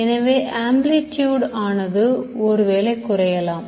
எனவே amplitude ஆனது ஒருவேளை குறையலாம்